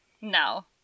No